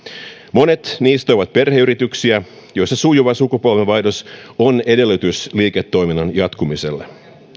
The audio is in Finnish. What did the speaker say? monet niistä ovat perheyrityksiä joissa sujuva sukupolvenvaihdos on edellytys liiketoiminnan jatkumiselle